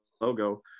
logo